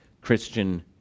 Christian